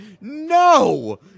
no